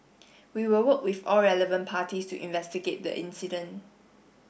we will work with all relevant parties to investigate the incident